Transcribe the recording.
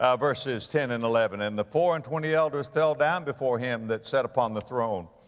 ah verses ten and eleven, and the four and twenty elders fell down before him that sat upon the throne,